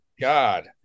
god